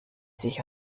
sich